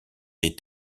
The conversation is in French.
des